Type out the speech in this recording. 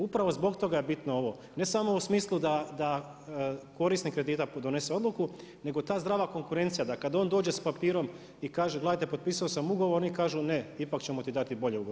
Upravo je zbog toga je bitno ovo, ne samo u smislu da korisnik kredita donese odluku nego ta zdrava konkurencija, da kada on dođe s papirom i kaže gledajte potpisao sam ugovor oni kažu ne, ipak ćemo ti dati bolje ugovor.